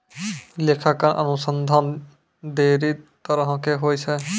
लेखांकन अनुसन्धान ढेरी तरहो के होय छै